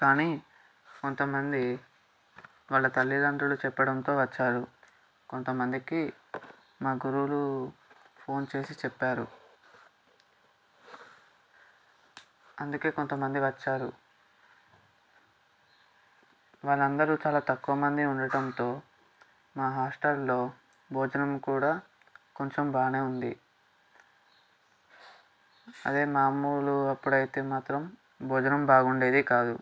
కానీ కొంతమంది వాళ్ళ తల్లిదండ్రులు చెప్పడంతో వచ్చారు కొంత మందికి మా గురువులు ఫోన్ చేసి చెప్పారు అందుకే కొంత మంది వచ్చారు వాళ్ళందరూ చాలా తక్కువ మంది ఉండటంతో మా హాస్టల్లో భోజనం కూడా కొంచెం బాగానే ఉంది అదే మాములు అప్పుడైతే మాత్రం భోజనం బాగుండేది కాదు